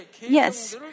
Yes